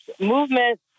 movement